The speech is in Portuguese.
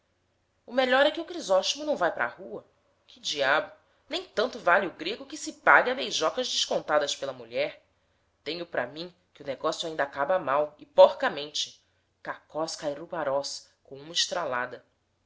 o melhor é que o crisóstomo não vai para a rua que diabo nem tanto vale o grego que se pague a beijocas descontadas pela mulher tenho para mim que o negócio ainda acaba mal e porcamente kakós kai ruparós com uma estralada